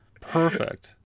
Perfect